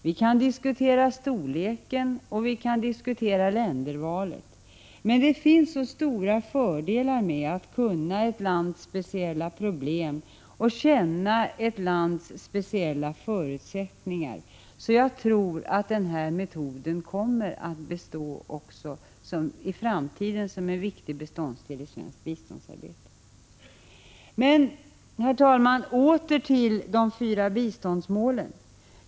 Vi kan diskutera storleken och vi kan diskutera ländervalet, men det finns så stora fördelar med att känna till ett lands speciella problem och förutsättningar att jag tror att denna metod kommer att finnas också i framtiden som en viktig beståndsdel i svenskt biståndsarbete. Men, herr talman, åter till de fyra biståndsmålen.